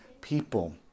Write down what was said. people